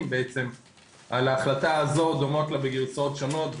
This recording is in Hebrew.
בעצם על ההחלטה הזו דומות לה בגרסאות שונות,